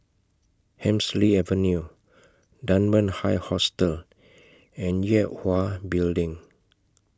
Hemsley Avenue Dunman High Hostel and Yue Hwa Building